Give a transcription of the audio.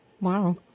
Wow